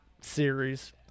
series